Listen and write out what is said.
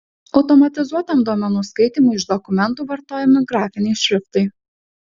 automatizuotam duomenų skaitymui iš dokumentų vartojami grafiniai šriftai